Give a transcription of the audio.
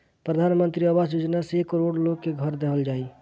प्रधान मंत्री आवास योजना से एक करोड़ लोग के घर देहल जाई